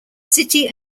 city